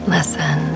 Listen